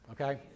Okay